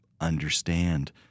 understand